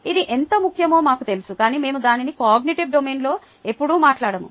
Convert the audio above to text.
ఇది ఎంత ముఖ్యమో మాకు తెలుసు కాని మేము దానిని కొగ్నిటివ్ డొమైన్లో ఎప్పుడూ మాట్లాడము